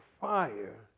fire